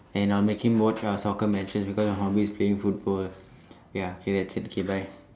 and I'll make him watch uh soccer matches because my hobby is playing football ya K that's it okay bye